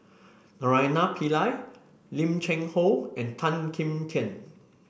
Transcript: Naraina Pillai Lim Cheng Hoe and Tan Kim Tian